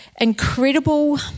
incredible